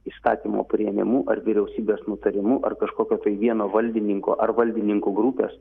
įstatymo priėmimu ar vyriausybės nutarimu ar kažkokio tai vieno valdininko ar valdininkų grupės